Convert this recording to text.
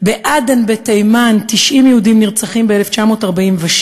בעדן בתימן 90 יהודים נרצחים ב-1947,